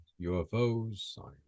UFOs